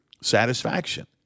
satisfaction